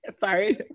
Sorry